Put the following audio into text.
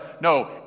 No